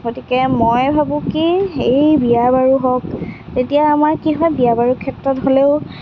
গতিকে মই ভাবোঁ কি এই বিয়া বাৰু হওক এতিয়া আমাৰ কি হয় বিয়া বাৰুৰ ক্ষেত্ৰত হ'লেও